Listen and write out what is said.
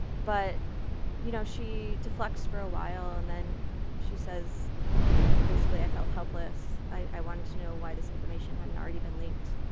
but you know she deflects for a while and then she says basically, i felt helpless. i wanted to know why this information hadn't already been leaked.